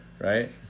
right